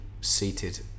seated